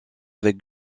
avec